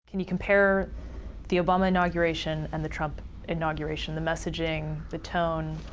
can you compare the obama inauguration and the trump inauguration, the messaging, the tone?